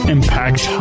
Impact